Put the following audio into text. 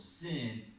sin